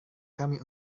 kami